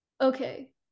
Okay